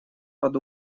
под